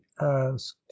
asked